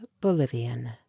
Bolivian